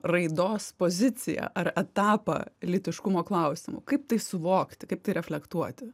raidos poziciją ar etapą lytiškumo klausimu kaip tai suvokti kaip tai reflektuoti